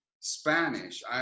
Spanish